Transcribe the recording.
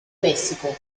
messico